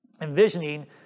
envisioning